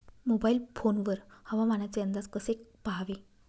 Mobile phone वर हवामानाचे अंदाज कसे पहावे?